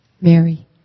Mary